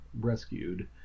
rescued